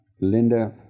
Linda